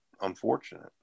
unfortunate